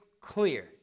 clear